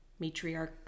matriarch